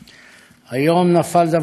היום נפל דבר בישראל.